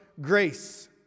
grace